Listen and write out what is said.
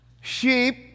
Sheep